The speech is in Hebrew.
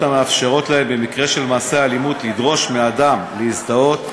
המאפשרות להם במקרה של מעשה אלימות לדרוש מאדם להזדהות,